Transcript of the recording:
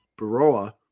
Baroa